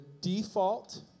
default